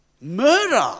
Murder